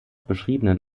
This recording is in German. beschriebenen